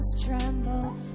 Tremble